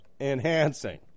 Enhancing